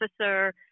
officer